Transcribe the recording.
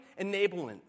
enablement